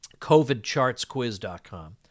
covidchartsquiz.com